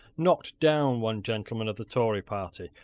knocked down one gentleman of the tory party,